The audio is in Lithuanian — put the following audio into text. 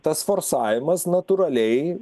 tas forsavimas natūraliai